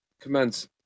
commence